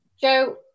Joe